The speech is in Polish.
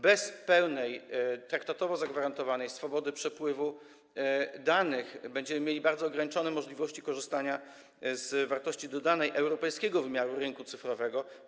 Bez pełnej, traktatowo zagwarantowanej swobody przepływu danych będziemy mieli bardzo ograniczone możliwości korzystania z wartości dodanej europejskiego wymiaru rynku cyfrowego.